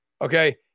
Okay